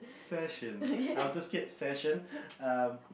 session elder kids session